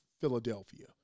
Philadelphia